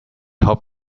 hope